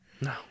no